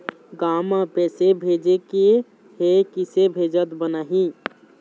गांव म पैसे भेजेके हे, किसे भेजत बनाहि?